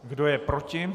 Kdo je proti?